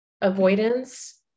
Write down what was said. avoidance